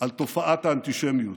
על תופעת האנטישמיות.